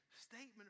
statement